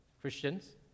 Christians